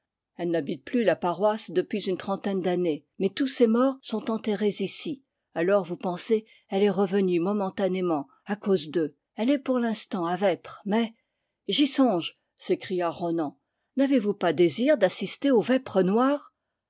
elle n'habite plus la paroisse depuis une trentaine d'années mais tous ses morts sont enterrés ici alors vous pensez elle est revenue momentanément à cause d'eux elle est pour l'instant à vêpres mais j'y songe s'écria ronan n'avez-vous pas désir d'assister aux i vêpres noires